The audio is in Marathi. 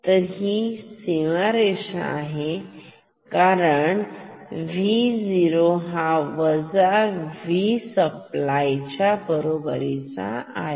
तर हीच सीमारेषा आहे कारण Vo हा वजा V सप्लाय च्या बरोबरीचा आहे